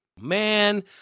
Man